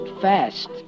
fast